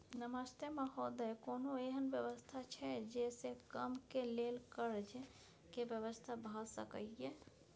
नमस्ते महोदय, कोनो एहन व्यवस्था छै जे से कम के लेल कर्ज के व्यवस्था भ सके ये?